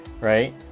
right